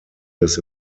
des